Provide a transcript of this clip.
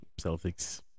Celtics